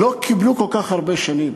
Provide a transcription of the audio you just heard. ולא קיבלו כל כך הרבה שנים.